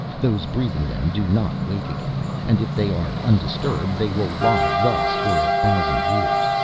those breathing them do not wake again, and if they are undisturbed they will lie thus for a thousand years.